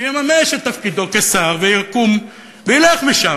שיממש את תפקידו כשר ויקום וילך משם.